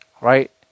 right